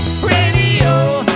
Radio